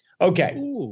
okay